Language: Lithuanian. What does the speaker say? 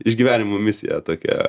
išgyvenimo misija tokia